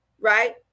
right